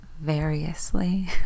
variously